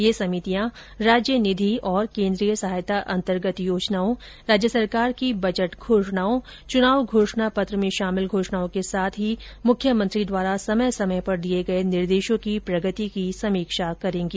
ये समितियां राज्य निधि और केन्द्रीय सहायता अन्तर्गत योजनाओं राज्य सरकार की बजट घोषणाओं चुनाव घोषणा पत्र में वर्णित घोषणाओं के साथ साथ मुख्यमंत्री द्वारा समय समय पर दिए गए निर्देशों की प्रगति की समीक्षा करेंगी